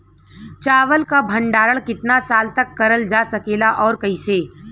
चावल क भण्डारण कितना साल तक करल जा सकेला और कइसे?